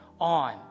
on